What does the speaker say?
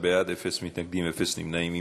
12 בעד, אין מתנגדים, אין נמנעים.